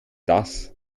das